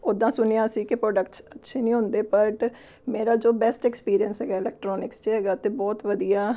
ਉੱਦਾਂ ਸੁਣਿਆ ਸੀ ਕਿ ਪ੍ਰੋਡਕਟਸ ਅੱਛੇ ਨਹੀਂ ਹੁੰਦੇ ਬਟ ਮੇਰਾ ਜੋ ਬੈਸਟ ਐਕਸਪੀਰੀਐਂਸ ਹੈਗਾ ਇਲੈਕਟ੍ਰੋਨਿਕਸ 'ਚ ਹੈਗਾ ਅਤੇ ਬਹੁਤ ਵਧੀਆ